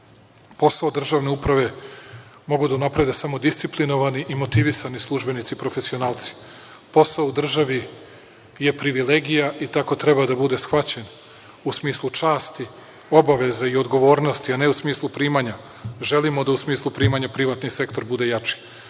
Posao državne uprave mogu da unaprede samo disciplinovani i motivisani službenici, profesionalci, posao u državi je privilegija i tako treba da bude shvaćen, u smislu časti, obaveza i odgovornosti, a ne u smislu primanja. Želimo da u smislu primanja privatni sektor bude jači,